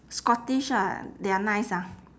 scottish ah they're nice ah